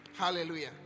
hallelujah